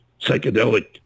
psychedelic